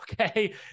okay